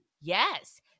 Yes